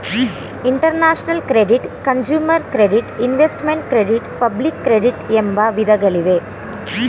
international credit, consumer credit, investment credit public credit ಎಂಬ ವಿಧಗಳಿವೆ